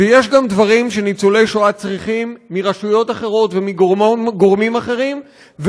ויש גם דברים שניצולי השואה צריכים מרשויות אחרות ומגורמים אחרים,